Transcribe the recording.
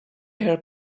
her